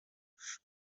vamos